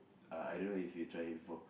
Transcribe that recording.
uh I don't know if you try before